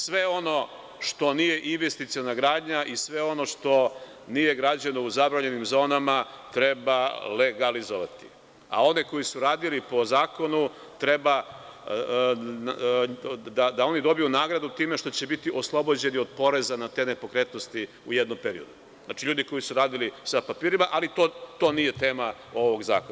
Sve ono što nije investiciona gradnja i sve ono što nije građeno u zabranjenim zonama treba legalizovati, a oni koji su radili po zakonu treba da dobiju nagradu time što će biti oslobođeni od poreza na te nepokretnosti u jednom periodu, znači ljudi koji su radili sa papirima, ali to nije tema ovog zakona.